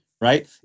Right